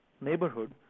neighborhood